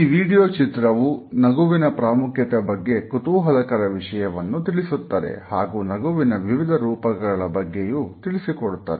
ಈ ವಿಡಿಯೋ ಚಿತ್ರವು ನಗುವಿನ ಪ್ರಾಮುಖ್ಯತೆ ಬಗ್ಗೆ ಕುತೂಹಲಕರ ವಿಷಯವನ್ನು ತಿಳಿಸುತ್ತದೆ ಹಾಗೂ ನಗುವಿನ ವಿವಿಧ ರೂಪಗಳ ಬಗ್ಗೆಯೂ ತಿಳಿಸಿಕೊಡುತ್ತದೆ